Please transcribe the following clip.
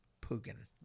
Pugin